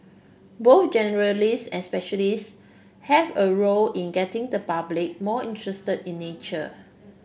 both generalists and specialists have a role in getting the public more interested in nature